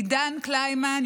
לעידן קלימן,